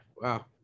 wow